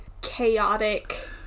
chaotic